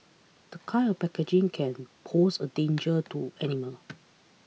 the kind of packaging can pose a danger to animals